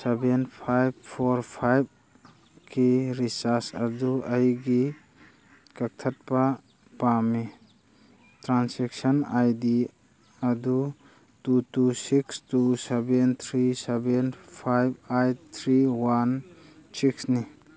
seven five four ꯐꯥꯏꯚꯀꯤ recharge ꯑꯗꯨ ꯑꯩꯒꯤ ꯀꯛꯊꯠꯄ ꯄꯥꯝꯃꯤ ꯇ꯭ꯔꯥꯟꯖꯦꯛꯁꯟ ꯑꯥꯏ ꯗꯤ ꯑꯗꯨ two two six two seven three seven five eight three one ꯁꯤꯛꯁꯅꯤ